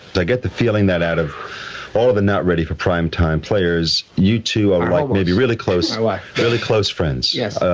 get the feeling that out of all the not ready for primetime players, you two are maybe really close so ah really close friends. yes.